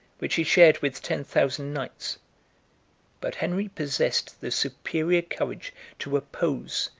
which he shared with ten thousand knights but henry possessed the superior courage to oppose,